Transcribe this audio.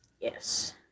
Yes